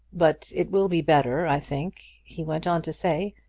but it will be better, i think, he went on to say,